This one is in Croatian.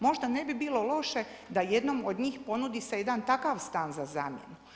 Možda ne bi bilo loše da jednom od njih ponudi se jedan takav stan za zamjenu.